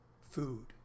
food